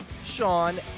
Sean